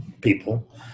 people